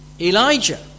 Elijah